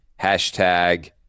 hashtag